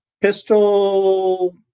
pistol